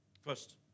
First